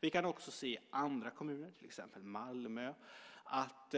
Vi kan också se i andra kommuner, till exempel Malmö, att